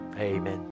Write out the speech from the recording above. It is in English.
Amen